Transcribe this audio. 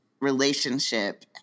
relationship